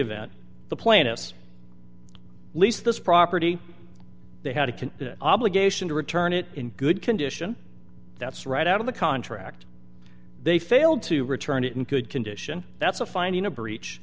event the plaintiffs lease this property they had a can obligation to return it in good condition that's right out of the contract they failed to return it in good condition that's a finding a breach